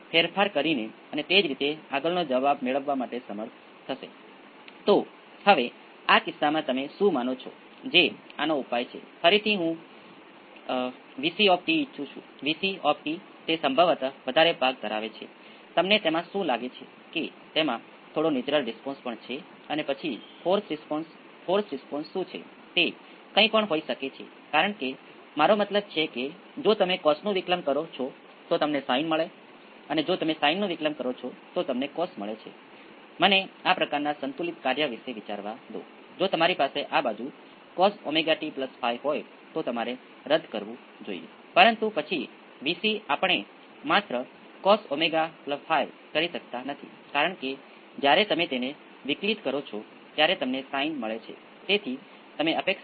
હવે આ રીતે પ્રારંભિક શરતો સામાન્ય રીતે આપવામાં આવે છે પરંતુ તે કંઈક બીજું પણ હોઈ શકે છે તમે કેપેસિટર વોલ્ટેજ પર પ્રારંભિક શરત આપી શકો છો અને કેપેસિટર વોલ્ટેજનું પ્રથમ વિકલન અથવા ઇન્ડક્ટર કરંટ ની પ્રારંભિક સ્થિતિ અને ઇન્ડક્ટરના કરંટનું પ્રથમ વિકલન પછી તમારી પાસે તમારા અભિવ્યક્તિઓ સાથે કરવા માટે કેટલાક વધુ બીજગણિત છે